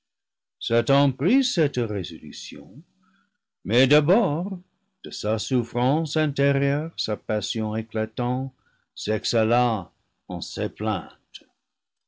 satan prit cette résolution mais d'abord de sa souffrance intérieure sa passion éclatant s'exhala en ces plaintes